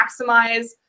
maximize